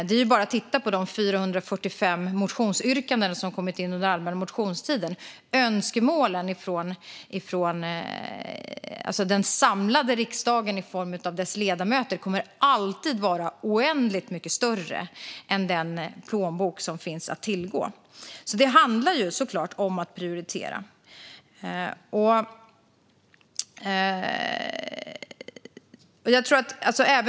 Det är bara att titta på de 445 motionsyrkanden som kom in under den allmänna motionstiden. Önskemålen från den samlade riksdagen i form av dessa ledamöter kommer alltid att vara oändligt mycket större än den plånbok som finns att tillgå. Det handlar såklart om att prioritera.